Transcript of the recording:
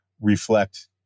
reflect